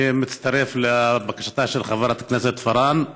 אני מצטרף לבקשתה של חברת הכנסת פארן,